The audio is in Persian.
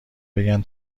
بگن